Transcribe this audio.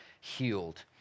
healed